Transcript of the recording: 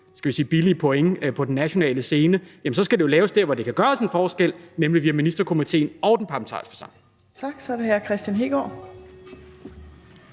skal vi sige, lidt billige point på den nationale scene, så skal laves der, hvor der kan gøres en forskel, nemlig via Ministerkomitéen og den parlamentariske forsamling. Kl. 18:46 Fjerde næstformand